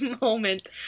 moment